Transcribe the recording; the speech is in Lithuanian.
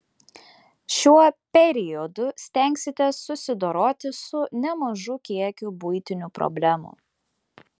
šiuo periodu stengsitės susidoroti su nemažu kiekiu buitinių problemų